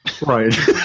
Right